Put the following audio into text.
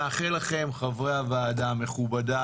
אני מאחל הצלחה רבה לחברי הוועדה המכובדים,